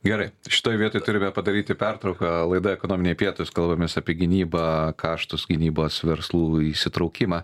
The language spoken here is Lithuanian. gerai šitoj vietoj turime padaryti pertrauką laida ekonominiai pietūs kalbamės apie gynybą kaštus gynybos verslų įsitraukimą